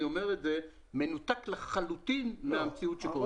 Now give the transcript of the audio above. אומר את זה מנותק לחלוטין מהמציאות שקורית בשטח.